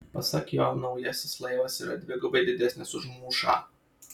pasak jo naujasis laivas yra dvigubai didesnis už mūšą